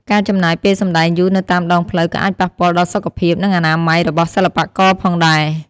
ការចំណាយពេលសម្ដែងយូរនៅតាមដងផ្លូវក៏អាចប៉ះពាល់ដល់សុខភាព និងអនាម័យរបស់សិល្បករផងដែរ។